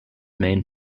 main